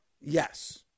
Yes